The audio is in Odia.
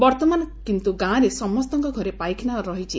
ବର୍ଉମାନ କିନ୍ତୁ ଗାଁରେ ସମସ୍ତଙ୍କ ଘରେ ପାଇଖାନା ଅଛି